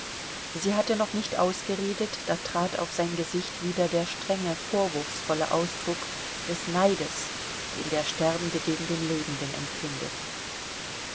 sie hatte noch nicht ausgeredet da trat auf sein gesicht wieder der strenge vorwurfsvolle ausdruck des neides den der sterbende gegen den lebenden empfindet